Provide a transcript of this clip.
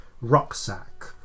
rucksack